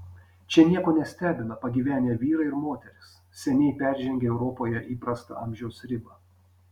čia nieko nestebina pagyvenę vyrai ir moterys seniai peržengę europoje įprastą amžiaus ribą